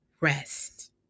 rest